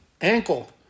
ankle